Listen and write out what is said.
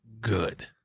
good